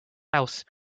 house